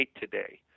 today